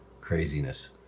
craziness